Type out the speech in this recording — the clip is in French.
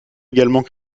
également